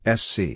sc